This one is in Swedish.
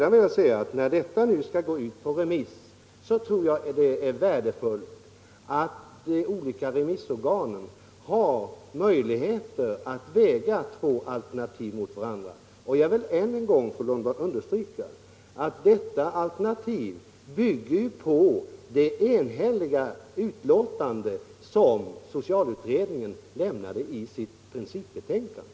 När detta skall ut på remiss tror jag att det är värdefullt att de olika remissorganen har möjligheter att väga två alternativ mot varandra. Jag vill ännu en gång understryka, fru Lundblad, att detta alternativ bygger på det enhälliga utlåtande som socialutredningen lämnade i sitt principbetänkande.